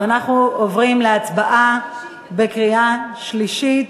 אנחנו עוברים להצבעה בקריאה שלישית.